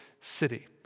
city